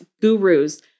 gurus